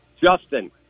Justin